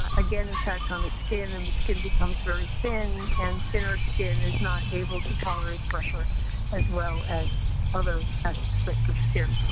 again, impacts on the skin and the skin becomes very thin, and thinner skin is not able to tolerate pressure as well as other aspects of skin.